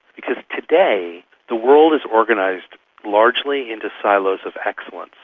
because today the world is organised largely into silos of excellence.